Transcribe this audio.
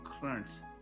currents